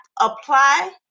apply